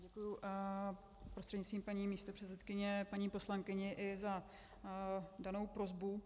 Děkuji prostřednictvím paní místopředsedkyně paní poslankyni i za danou prosbu.